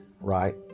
right